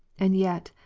and yet,